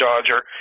Dodger